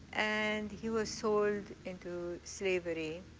and he was sold into slavery.